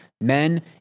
men